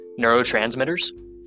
neurotransmitters